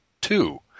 two